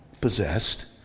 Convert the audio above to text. possessed